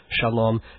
Shalom